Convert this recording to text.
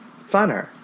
funner